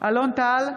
אלון טל,